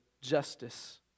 justice